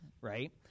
right